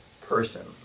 person